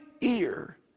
ear